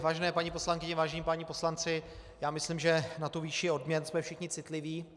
Vážené paní poslankyně, vážení páni poslanci, já myslím, že na výši odměn jsme všichni citliví.